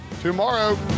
tomorrow